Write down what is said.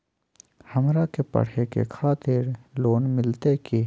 हमरा के पढ़े के खातिर लोन मिलते की?